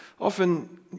often